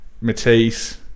Matisse